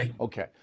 Okay